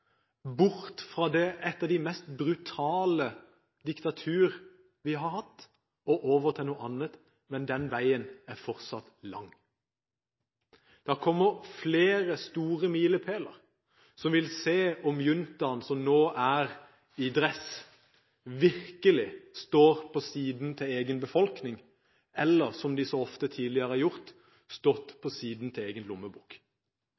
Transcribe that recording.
bort fra et av de mest brutale diktaturer vi har hatt, og over til noe annet. Men den veien er fortsatt lang. Det kommer flere store milepæler som vil vise om juntaen, som nå er i dress, virkelig er på sin egen befolknings side, eller – som de så ofte tidligere har gjort